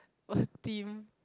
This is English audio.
what team